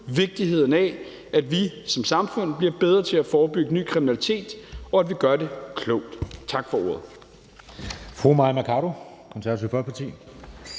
vigtigheden af, at vi som samfund bliver bedre til at forebygge ny kriminalitet, og at vi gør det klogt. Tak for ordet.